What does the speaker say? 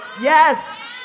yes